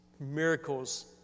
miracles